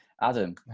Adam